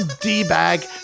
D-bag